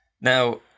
now